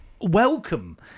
welcome